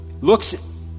looks